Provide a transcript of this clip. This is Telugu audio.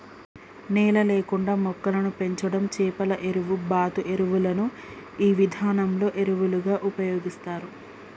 నేల లేకుండా మొక్కలను పెంచడం చేపల ఎరువు, బాతు ఎరువులను ఈ విధానంలో ఎరువులుగా ఉపయోగిస్తారు